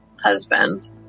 husband